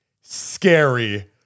scary